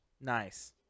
Nice